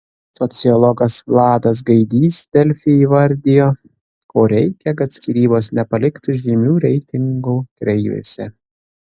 sociologas vladas gaidys delfi įvardijo ko reikia kad skyrybos nepaliktų žymių reitingų kreivėse